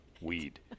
weed